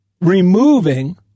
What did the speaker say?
removing